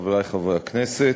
חברי חברי הכנסת,